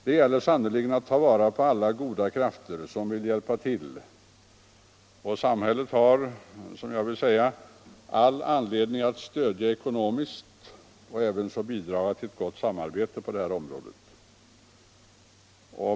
Det gäller sannerligen att ta vara på alla goda krafter som vill hjälpa till, och samhället har all anledning att stödja ekonomiskt och även bidraga till ett gott samarbete på detta område.